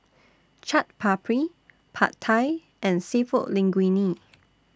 Chaat Papri Pad Thai and Seafood Linguine